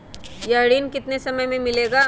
यह ऋण कितने समय मे मिलेगा?